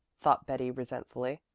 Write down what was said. thought betty resentfully,